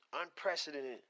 unprecedented